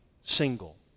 single